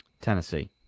Tennessee